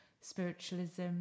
spiritualism